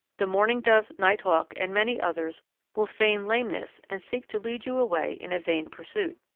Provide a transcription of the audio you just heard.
the mourning dove, nighthawk, and many others will feign lameness and seek to lead you away in a vain pursuit.